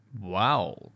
Wow